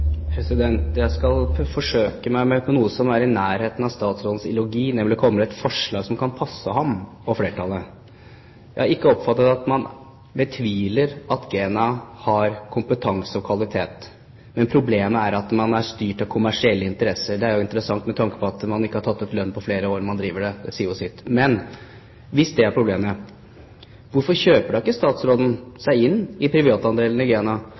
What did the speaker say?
Jeg skal forsøke meg med noe som er i nærheten av statsrådens ideologi, nemlig komme med et forslag som kan passe ham og flertallet. Jeg har ikke oppfattet at man betviler at GENA har kompetanse og kvalitet, men at problemet er at de er styrt av kommersielle interesser. Det er jo interessant med tanke på at de som driver det, ikke har tatt ut lønn på flere år. Det sier jo sitt! Men, hvis det er problemet: Hvorfor kjøper ikke statsråden seg inn i privatandelen av GENA,